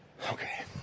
Okay